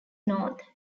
north